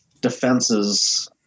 defenses